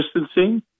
distancing